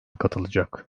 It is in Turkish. katılacak